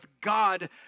God